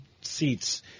seats